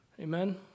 Amen